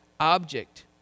Object